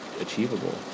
achievable